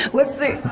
what's the.